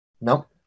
Nope